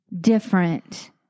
different